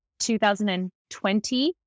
2020